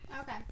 Okay